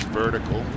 vertical